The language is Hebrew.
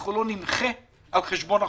אנחנו לא נמחה על חשבון החולים.